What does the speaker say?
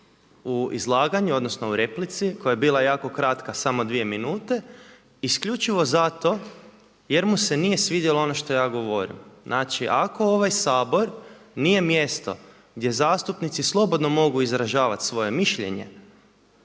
u izlaganju odnosno u replici koja je bila jako kratka, samo dvije minute, isključivo zato jer mu se nije svidjelo ono što ja govorim. Znači ako ovaj Sabor nijemjesto gdje zastupnici slobodno mogu izražavati svoje mišljenje